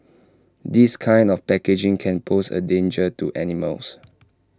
this kind of packaging can pose A danger to animals